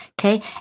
okay